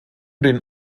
den